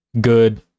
good